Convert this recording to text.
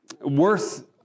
worth